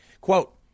Quote